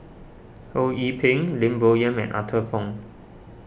Ho Yee Ping Lim Bo Yam and Arthur Fong